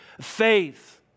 faith